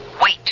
Wait